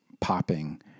popping